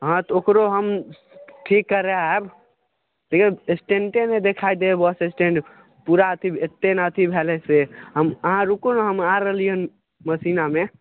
हँ तऽ ओकरो हम ठीक करायब स्टेण्डे नहि देखाइ दै हइ बस स्टेण्ट पूरा अथी ट्रेन अथी भए जाइ छै हम अहाँ रुकू ने हम आ रहलियै हन मेसिनामे